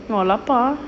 !wah! lapar ah